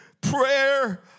prayer